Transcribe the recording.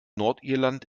nordirland